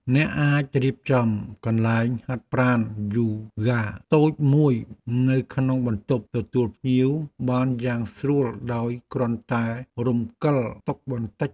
អ្នកអាចរៀបចំកន្លែងហាត់ប្រាណយូហ្គាតូចមួយនៅក្នុងបន្ទប់ទទួលភ្ញៀវបានយ៉ាងស្រួលដោយគ្រាន់តែរំកិលតុបន្តិច។